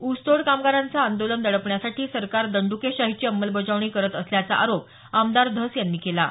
ऊसतोड कामगारांचं आंदोलन दडपण्यासाठी सरकार दंइकेशाहीची अंमलबजावणी करत असल्याचा त्यांनी आरोप आमदार धस यांनी केला आहे